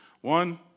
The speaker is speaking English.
One